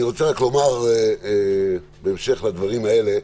אני רוצה רק לומר בהמשך לדברים האלה,